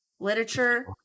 Literature